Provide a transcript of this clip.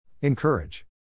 Encourage